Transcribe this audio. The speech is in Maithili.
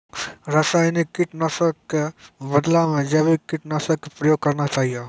रासायनिक कीट नाशक कॅ बदला मॅ जैविक कीटनाशक कॅ प्रयोग करना चाहियो